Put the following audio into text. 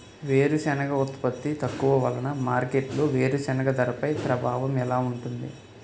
వేరుసెనగ ఉత్పత్తి తక్కువ వలన మార్కెట్లో వేరుసెనగ ధరపై ప్రభావం ఎలా ఉంటుంది?